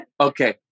Okay